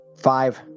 five